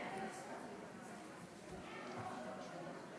הצעת חוק הבטחת הכנסה (תיקון, הגדרת הכנסה),